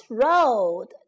road